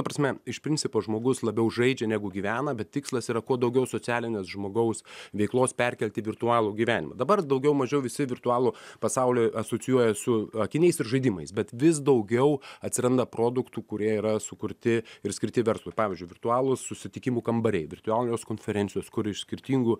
ta prasme iš principo žmogus labiau žaidžia negu gyvena bet tikslas yra kuo daugiau socialinės žmogaus veiklos perkelti į virtualų gyvenimą dabar daugiau mažiau visi virtualų pasaulį asocijuoja su akiniais ir žaidimais bet vis daugiau atsiranda produktų kurie yra sukurti ir skirti verslui pavyzdžiui virtualūs susitikimų kambariai virtualios konferencijos kur iš skirtingų